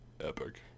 epic